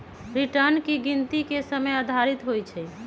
return की गिनति के समय आधारित होइ छइ